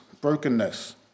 Brokenness